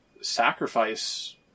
sacrifice